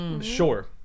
Sure